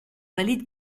valide